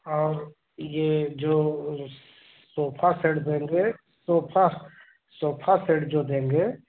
और यह जो सोफा सेट देंगे सोफ़ा सोफ़ा सेट जो देंगे